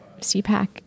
CPAC